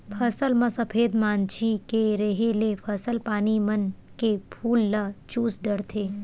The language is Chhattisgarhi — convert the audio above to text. फसल म सफेद मांछी के रेहे ले फसल पानी मन के फूल ल चूस डरथे